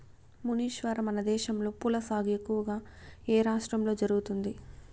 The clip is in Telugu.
మునీశ్వర, మనదేశంలో పూల సాగు ఎక్కువగా ఏ రాష్ట్రంలో జరుగుతుంది